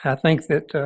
i think that